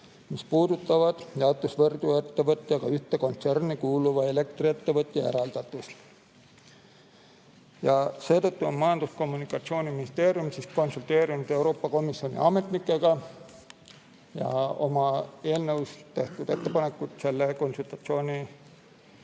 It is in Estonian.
mis puudutavad jaotusvõrguettevõtjaga ühte kontserni kuuluva elektriettevõtja eraldatust. Seetõttu on Majandus- ja Kommunikatsiooniministeerium konsulteerinud Euroopa Komisjoni ametnikega ja oma eelnõus tehtud ettepanekud selle konsultatsiooni